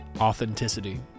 Authenticity